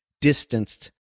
distanced